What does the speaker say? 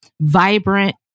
vibrant